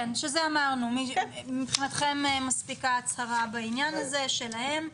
אמרנו שמבחינתכם מספיקה הצהרה שלהם בעניין הזה.